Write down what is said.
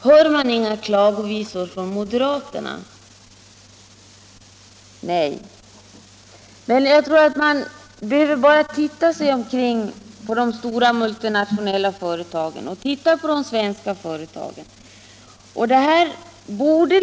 Hör man inga klagovisor från moderaterna här? Nej. Man behöver bara titta på de stora multinationella företagen och på de svenska företagen.